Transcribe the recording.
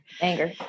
anger